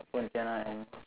Pontianak and